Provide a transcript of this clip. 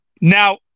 Now